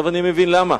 עכשיו אני מבין למה.